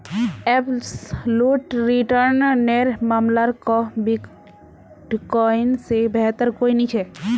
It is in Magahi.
एब्सलूट रिटर्न नेर मामला क बिटकॉइन से बेहतर कोई नी छे